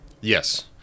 yes